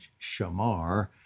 shamar